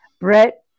Brett